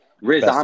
Riz